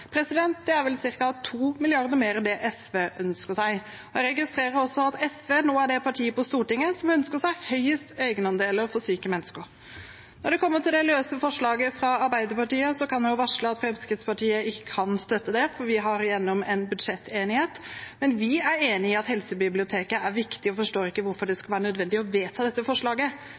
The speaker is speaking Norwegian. Det er ca. 2 mrd. kr mer enn det SV ønsker seg. Jeg registrerer også at SV nå er det partiet på Stortinget som ønsker seg høyest egenandeler for syke mennesker. Når det gjelder det løse forslaget fra Arbeiderpartiet, kan jeg varsle at Fremskrittspartiet ikke kan støtte det, for vi har fått igjennom en budsjettenighet. Men vi er enig i at Helsebiblioteket er viktig og forstår ikke hvorfor det skal være nødvendig å vedta dette forslaget.